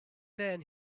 then